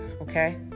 okay